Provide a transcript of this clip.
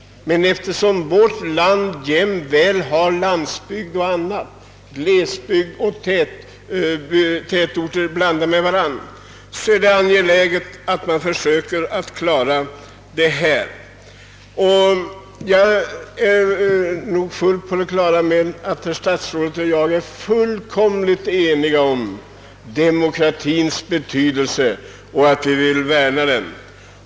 Men det finns ju både glesbygder och tätorter här i landet, och därför är det angeläget att skapa balans. Statsrådet Lundkvist och jag är helt överens om demokratins betydelse. Vi vill båda värna den.